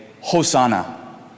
Hosanna